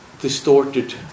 distorted